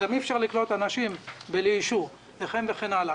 גם אי אפשר לקלוט אנשים בלי אישור, וכן הלאה.